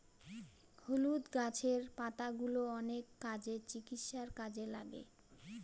হলুদ গাছের পাতাগুলো অনেক কাজে, চিকিৎসার কাজে লাগে